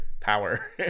power